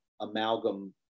amalgam